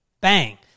Bang